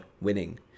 winning